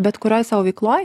bet kurioj savo veikloj